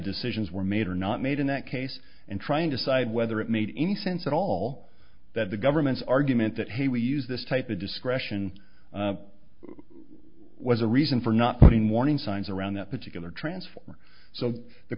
decisions were made or not made in that case and trying to side whether it made any sense at all that the government's argument that hey we use this type of discretion was a reason for not putting warning signs around that particular transformer so the